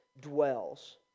dwells